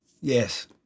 Yes